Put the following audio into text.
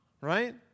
Right